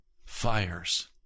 Fires